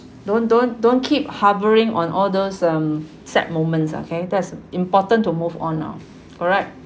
don't don't don't keep hovering on all those um sad moments okay that's important to move on now correct